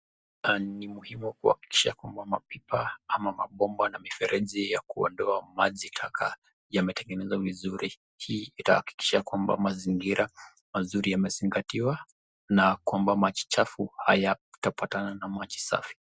Ni muhimu kuhakikisha kwamba mapipa, ama mabomba na vifereji ya kuondoa maji, taka yametengenezwa vizuri ili yakikishe kwamba mazingira mazuri yamezingatiwa na kwamba maji chafu hayatapatana na maji safi.